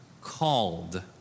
called